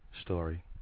story